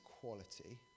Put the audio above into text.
quality